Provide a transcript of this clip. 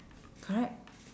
correct